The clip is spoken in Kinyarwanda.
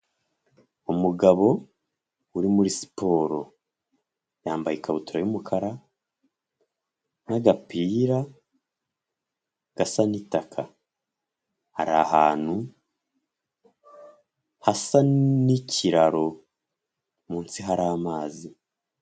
Umugabo uri muri siporo yambaye ikabutura y'umukara n'agapira gasa n'itakaari ahantu hasa n'ikiraro munsi hari amazi.